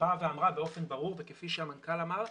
אמרה באופן ברור וכפי שהמנכ"ל אמר,